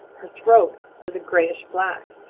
her throat was a grayish-black.